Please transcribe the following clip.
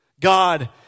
God